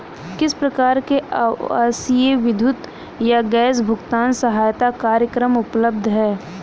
किस प्रकार के आवासीय विद्युत या गैस भुगतान सहायता कार्यक्रम उपलब्ध हैं?